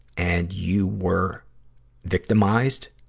and you were victimized,